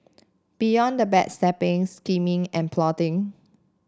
beyond the backstabbing scheming and plotting